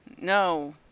no